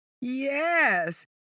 Yes